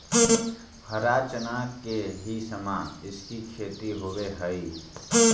हरा चना के ही समान इसकी खेती होवे हई